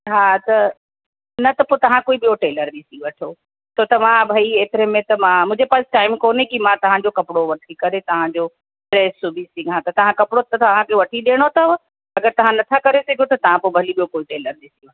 हा त न त पोइ तव्हां को ॿियो टेलर ॾिसी वठो त तव्हां भई एतिरे में त मां मुंहिजे पास टाइम कोन्हे की तव्हांजो कपिड़ो वठी करे तव्हांजो ड्रेस सुबी सघां त तव्हां कपिड़ो त तव्हांखे वठी ॾियणो अथव अगरि तव्हां नथा करे सघो त तव्हां भली ॿियो कोई टेलर ॾिसी वठो